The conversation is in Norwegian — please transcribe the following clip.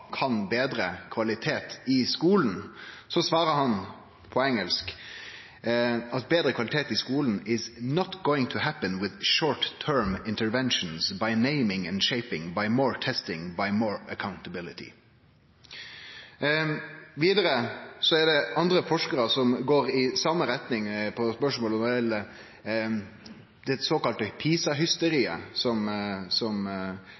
kan betre kvalitet i skulen, svarar han, på engelsk, at betre kvalitet i skulen «is not going to happen with short-term interventions, by naming and shaping, by more testing, by more accountability». Vidare er det andre forskarar som går i same retning i spørsmålet som gjeld det såkalla PISA-hysteriet, som